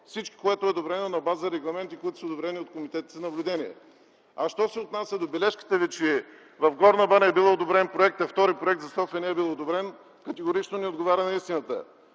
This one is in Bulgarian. Всичко, което е одобрено, е на база регламенти, които са одобрени от Комитета за наблюдение. Що се отнася до бележките Ви, че в Горна баня бил одобрен проекта, а втори проект за София не е бил одобрен – категорично не отговаря на истината.